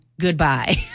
Goodbye